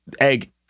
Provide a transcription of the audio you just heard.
egg